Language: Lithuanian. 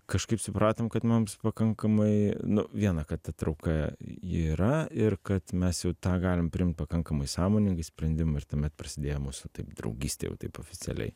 kažkaip supratom kad mums pakankamai viena kad ta trauka ji yra ir kad mes jau tą galim priimt pakankamai sąmoningai sprendimą ir tuomet prasidėjo mūsų taip draugystė jau taip oficialiai